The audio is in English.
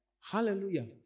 Hallelujah